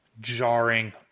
jarring